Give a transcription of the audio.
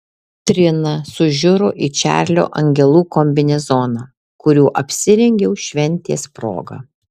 trina sužiuro į čarlio angelų kombinezoną kuriuo apsirengiau šventės proga